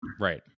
Right